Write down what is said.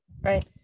Right